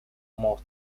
mons